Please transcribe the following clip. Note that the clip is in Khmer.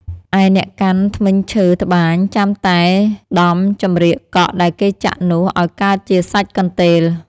ឯអ្នកកាន់ ធ្មេញឈើត្បាញ ចាំតែដំចំរៀកកក់ដែលគេចាក់នោះអោយកើតជាសាច់កន្ទេល ។